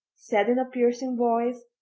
said in a piercing voice,